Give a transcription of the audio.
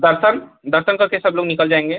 दर्शन दर्शन करके सब लोग निकल जाएँगे